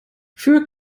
für